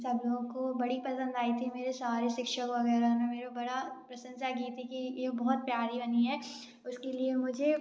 सब लोग को बड़ी पसंद आई थी मेरे सारे शिक्षक वगैरह ने मेरा बड़ा प्रशंसा की थी कि ये बहुत प्यारी बनी है उसके लिए मुझे